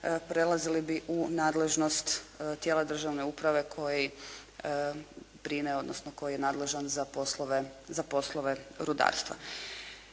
prelazili bi u nadležnost tijela državne uprave koji brine, odnosno koji je nadležan za poslove rudarstva.